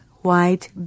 white